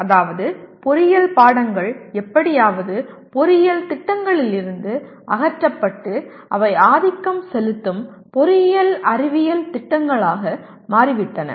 அதாவது பொறியியல் பாடங்கள் எப்படியாவது பொறியியல் திட்டங்களிலிருந்து அகற்றப்பட்டு அவை ஆதிக்கம் செலுத்தும் பொறியியல் அறிவியல் திட்டங்களாக மாறிவிட்டன